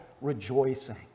rejoicing